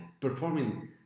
performing